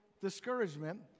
discouragement